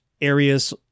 areas